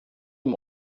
ihm